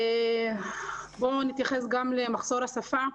בואו נתייחס גם למחסור השפה.